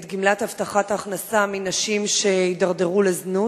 גמלת הבטחת הכנסה מנשים שהידרדרו לזנות,